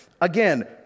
again